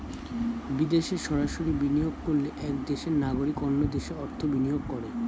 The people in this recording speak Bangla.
বিদেশে সরাসরি বিনিয়োগ করলে এক দেশের নাগরিক অন্য দেশে অর্থ বিনিয়োগ করে